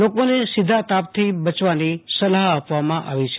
લોકોને સીધા તાપથી બયવાની સલાહ આપવામાં આવી છે